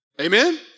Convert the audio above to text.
Amen